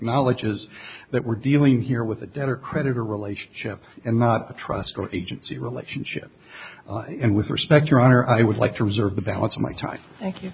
knowledges that we're dealing here with a debtor creditor relationship and not the trust or agency relationship and with respect your honor i would like to reserve the balance of my time thank you